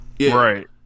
right